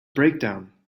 breakdown